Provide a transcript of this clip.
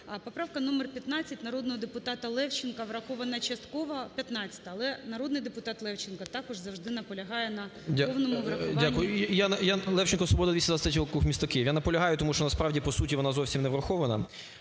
Поправка номер 15, народного депутата Левченка, врахована частково, 15-а… Але народний депутат Левченко також завжди наполягає на повному врахуванні. 13:05:29 ЛЕВЧЕНКО Ю.В. Дякую. Левченко, "Свобода", 223 округ, місто Київ. Я наполягаю, тому що насправді по суті вона зовсім не врахована.